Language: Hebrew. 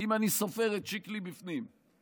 אם אני סופר את שיקלי בפנים.